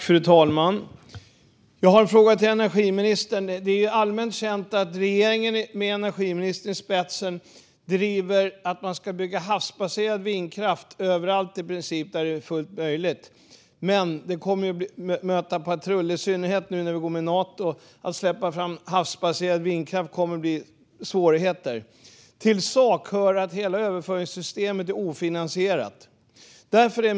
Fru talman! Jag har en fråga till energiministern. Det är allmänt känt att regeringen med energiministern i spetsen driver frågan att man ska bygga havsbaserad vindkraft i princip överallt där det är fullt möjligt. Men det kommer att stöta på patrull, i synnerhet nu när vi går med i Nato. Att släppa fram havsbaserad vindkraft kommer att möta svårigheter. Till saken hör också att hela överföringssystemet är ofinansierat.